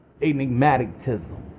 enigmaticism